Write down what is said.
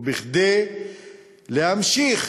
וכדי להמשיך